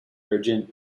urgent